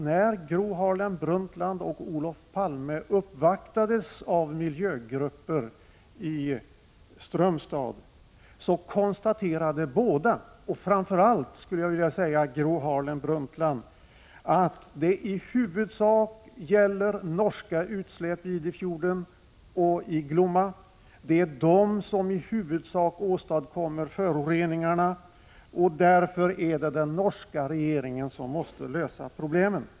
När Gro Harlem Brundtland och Olof Palme uppvaktades av miljögrupper i Strömstad, konstaterade båda — framför allt Gro Harlem Brundtland — att det i huvudsak gäller norska utsläpp i Idefjorden och i Glomma. Det är främst dessa som åstadkommer föroreningarna, och därför är det den norska regeringen som måste lösa problemen.